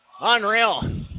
unreal